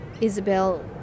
Isabel